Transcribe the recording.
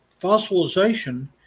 fossilization